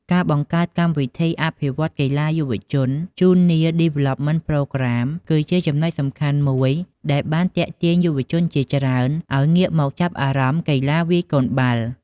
ការបង្កើត កម្មវិធីអភិវឌ្ឍន៍កីឡាយុវជន Junior Development Program គឺជាចំណុចសំខាន់មួយដែលបានទាក់ទាញយុវជនជាច្រើនឱ្យងាកមកចាប់អារម្មណ៍កីឡាវាយកូនបាល់។